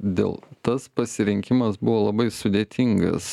dėl tas pasirinkimas buvo labai sudėtingas